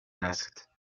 asked